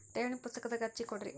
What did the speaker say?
ಠೇವಣಿ ಪುಸ್ತಕದಾಗ ಹಚ್ಚಿ ಕೊಡ್ರಿ